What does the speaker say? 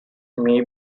may